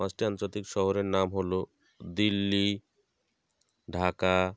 পাঁচটি আন্তর্জাতিক শহরের নাম হলো দিল্লি ঢাকা